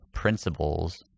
principles